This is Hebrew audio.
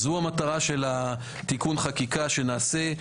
זו המטרה של תיקון החקיקה שנעשה.